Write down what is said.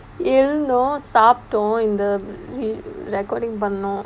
எழுந்தோ சாப்ட்டோ இந்த:eluntho sapptto intha recording பண்னோ:panno